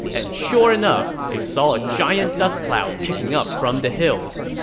and sure enough, they saw a giant dust cloud kicking up from the hills.